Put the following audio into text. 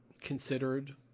considered